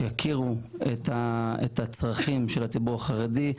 שיכירו את הצרכים של הציבור החרדי,